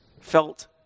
felt